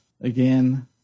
again